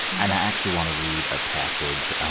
and i actually want to read a passage